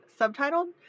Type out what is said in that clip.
subtitled